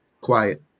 quiet